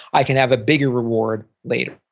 i can have a bigger reward later